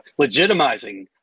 legitimizing